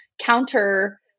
counter